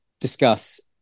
discuss